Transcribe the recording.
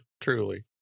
Truly